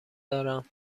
دارم